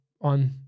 on